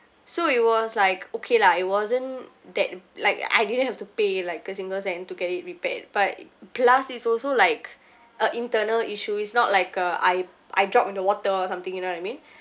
so it was like okay lah it wasn't that like I didn't have to pay like a single cent to get it repaired but plus it's also like a internal issue it's not like a I I drop into water or something you know what I mean